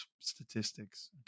statistics